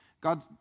God